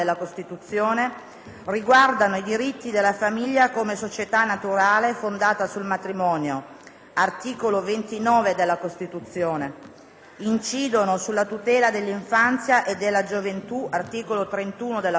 riguardano i diritti della famiglia come società naturale fondata sul matrimonio (articolo 29 della Costituzione); incidono sulla tutela dell'infanzia e della gioventù (articolo 31 della Costituzione).